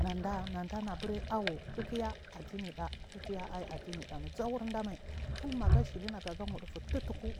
Nɗanaɗana buri awa kikya adini ɗa kik aɗɗinaɗamai jawurdamai kim negahsili nagoga wuɗufu thutku